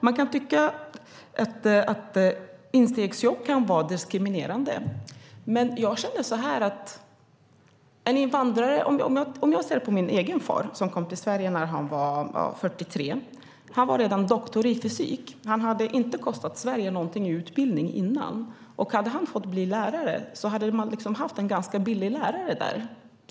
Man kan tycka att instegsjobb kan vara diskriminerande. Min far kom till Sverige när han var 43 år. Han var doktor i fysik. Hans utbildning hade inte kostat Sverige något. Om han hade fått bli lärare hade man haft en ganska billig lärare.